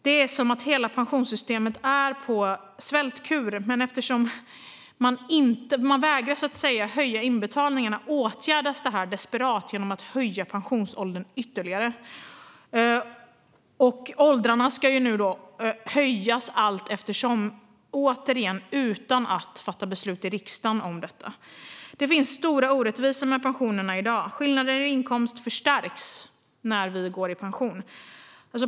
Det är som att hela pensionssystemet är på svältkur, men eftersom man vägrar att höja inbetalningarna åtgärdas svältkuren på ett desperat sätt genom att höja pensionsåldern ytterligare. Pensionsåldern ska höjas allteftersom - återigen utan att fatta beslut i riksdagen om detta. Det finns stora orättvisor med pensionerna i dag. Skillnader i inkomst förstärks när vi går i pension.